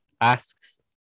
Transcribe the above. asks